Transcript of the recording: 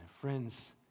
friends